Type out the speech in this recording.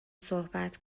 صحبت